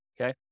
Okay